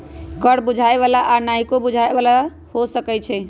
कर बुझाय बला आऽ नहियो बुझाय बला हो सकै छइ